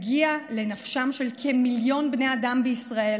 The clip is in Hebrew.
תגיע לנפשם של כמיליון בני אדם בישראל